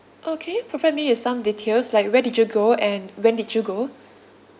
okay provide me a some details like where did you go and when did you go